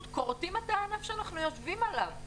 כורתים את הענף שאנחנו יושבים עליו.